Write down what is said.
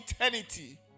eternity